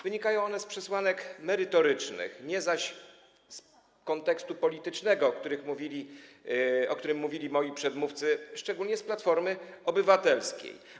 Wynikają one z przesłanek merytorycznych, nie zaś z kontekstu politycznego, o którym mówili moi przedmówcy szczególnie z Platformy Obywatelskiej.